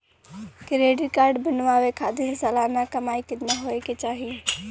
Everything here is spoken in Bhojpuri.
क्रेडिट कार्ड बनवावे खातिर सालाना कमाई कितना होए के चाही?